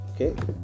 okay